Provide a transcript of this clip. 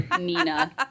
Nina